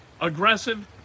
aggressive